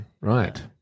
Right